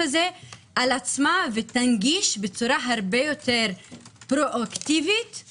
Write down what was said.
הזה על עצמה ותנגיד בצורה הרבה יותר פרואקטיבית